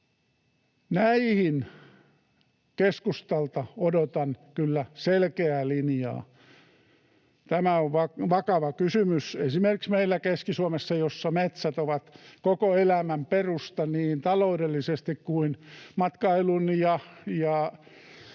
Näihin kyllä odotan keskustalta selkeää linjaa. Tämä on vakava kysymys. Esimerkiksi meillä Keski-Suomessa, jossa metsät ovat koko elämän perusta niin taloudellisesti kuin matkailun ja